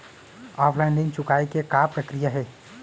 Offline ऋण चुकोय के का प्रक्रिया हे?